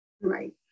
Right